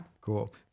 Cool